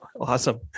awesome